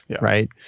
right